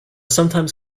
sometimes